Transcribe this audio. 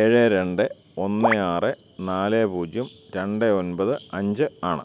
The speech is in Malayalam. ഏഴ് രണ്ട് ഒന്ന് ആറ് നാല് പൂജ്യം രണ്ട് ഒൻപത് അഞ്ച് ആണ്